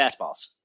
fastballs